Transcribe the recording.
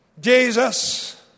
Jesus